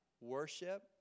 worship